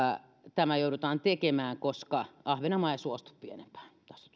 tämä joudutaan tekemään koska ahvenanmaa ei suostu pienempään